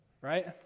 Right